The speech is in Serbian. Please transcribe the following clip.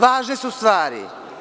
Važne su stvari.